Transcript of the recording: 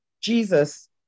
Jesus